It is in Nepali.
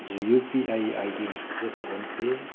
हजुर युपिआई आइडी भनको चाहिँ फोन पे